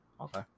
Okay